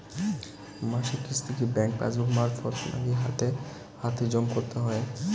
মাসিক কিস্তি কি ব্যাংক পাসবুক মারফত নাকি হাতে হাতেজম করতে হয়?